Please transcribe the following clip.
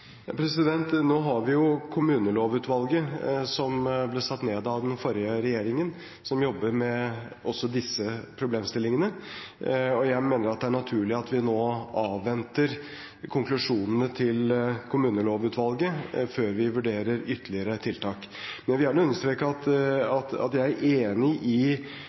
Nå har vi Kommunelovutvalget, som ble satt ned av den forrige regjeringen, som jobber også med disse problemstillingene, og jeg mener at det er naturlig at vi nå avventer konklusjonene til Kommunelovutvalget før vi vurderer ytterligere tiltak. Jeg vil gjerne understreke at jeg er enig i